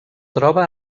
troba